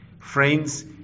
Friends